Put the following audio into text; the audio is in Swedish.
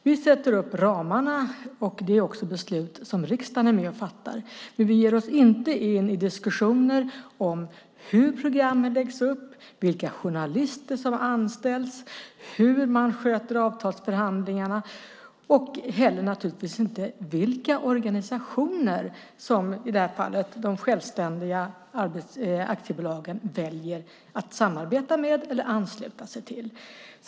Vi sätter upp ramarna, och det är också beslut som riksdagen är med och fattar, men vi ger oss inte in i diskussioner om hur programmen läggs upp, vilka journalister som anställs, hur man sköter avtalsförhandlingarna och naturligtvis inte heller vilka organisationer som i det här fallet de självständiga aktiebolagen väljer att samarbeta med eller ansluta sig till.